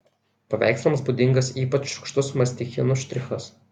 paveikslams būdingas ypač šiurkštus mastichinų štrichas